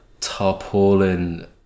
tarpaulin